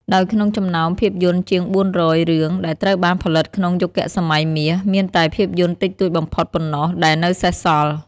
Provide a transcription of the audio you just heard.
ដោយក្នុងចំណោមភាពយន្តជាង ៤០០ រឿងដែលត្រូវបានផលិតក្នុង យុគសម័យមាស មានតែភាពយន្តតិចតួចបំផុតប៉ុណ្ណោះដែលនៅសេសសល់។